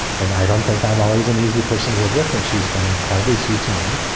and i don't think i'm always an easy, personal live with. and she's been incredibly sweet to me.